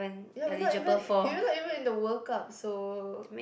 ya we not even in we're not even in the World Cup so